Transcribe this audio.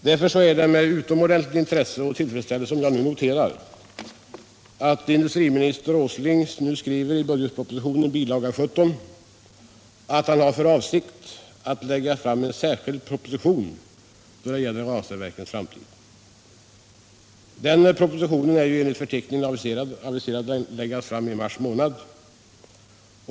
Därför är det nu med intresse och tillfredsställelse som jag noterar att industriministern Åsling i budgetpropositionens bil. 17 skriver att han har för avsikt att lägga fram en särskild proposition om Ranstadverkens framtid. Den är enligt förteckningen aviserad att läggas fram i mars månad.